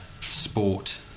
sport